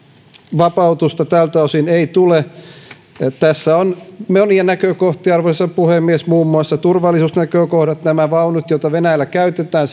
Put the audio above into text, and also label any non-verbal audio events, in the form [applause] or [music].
vapautusta tältä osin ei tule tässä on monia näkökohtia arvoisa puhemies muun muassa turvallisuusnäkökohdat sen lisäksi että nämä vaunut joita venäjällä käytetään [unintelligible]